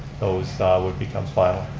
those would become final.